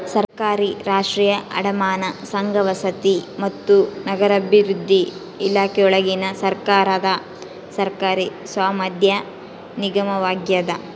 ಸರ್ಕಾರಿ ರಾಷ್ಟ್ರೀಯ ಅಡಮಾನ ಸಂಘ ವಸತಿ ಮತ್ತು ನಗರಾಭಿವೃದ್ಧಿ ಇಲಾಖೆಯೊಳಗಿನ ಸರ್ಕಾರದ ಸರ್ಕಾರಿ ಸ್ವಾಮ್ಯದ ನಿಗಮವಾಗ್ಯದ